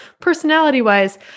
personality-wise